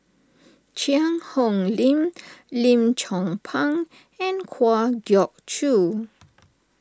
Cheang Hong Lim Lim Chong Pang and Kwa Geok Choo